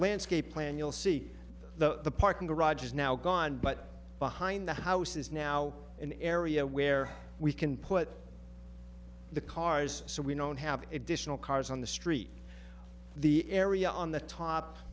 landscape plan you'll see the parking garage is now gone but behind the house is now an area where we can put the cars so we don't have additional cars on the street the area on the top